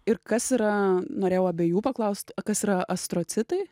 ir kas yra norėjau abiejų paklaust kas yra astrocitai